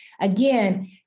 Again